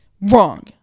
Wrong